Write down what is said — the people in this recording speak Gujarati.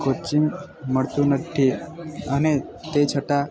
કોચિંગ મળતું નથી અને તે છતાં